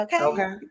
Okay